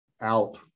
out